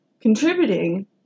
contributing